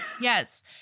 Yes